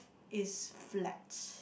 is flat